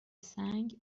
سنگ